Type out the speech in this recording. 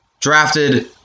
Drafted